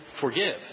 forgive